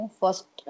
first